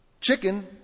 chicken